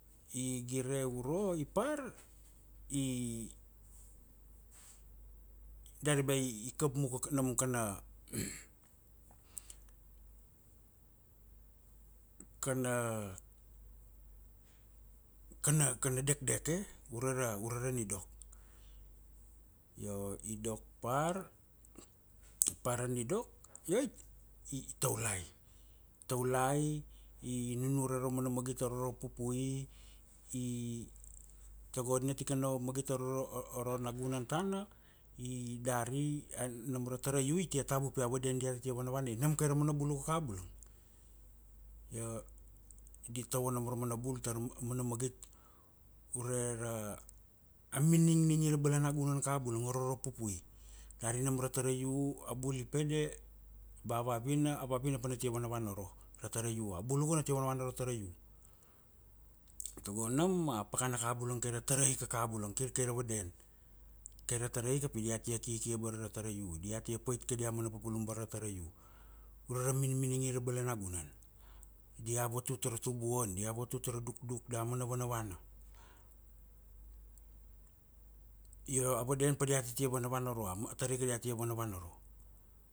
i gire uro i par, i, dari ba i kap muka nam kana, kana, kana, kana dekdek e? Ure ra, ure ra nidok. Io i dok par, i par ra ni dok, io i, i taulai. Taulai, i, i nunure raumana magit aro ra pupui, i, tago na tikana magit aro nagunan tana, i dari, nam ra taraiu i tia tabu pi a vaden diata tia vanavana. Nam kaira mana bulu uka kabulang. Io, di tovo nam ra mana bul tara, am- amana magit ure ra, a miningningi ra balana gunan kabula moro ra pupui Dari nam ra taraiu, a bul i pede, ba vavina, a vavina pana tia vanavana uro. Abu uka na tia vanavana uro ra taraiu. Tago nam a pakana ka kabula kai ra tarai kabulang. Kir kaira vaden. Kaira taraika pi diata kiki abara ra taraiu. Diata tia pait kadia mana papalum bara ra taraiu. Ure ra minimingi ra balanagunan. Dia vatut ra tubuan, dia vatut ra dukduk damana vanavana. Io a vaden padiata te vanavana aro. A taraika diata te vanava aro.